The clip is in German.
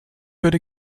würde